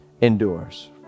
endures